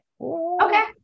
Okay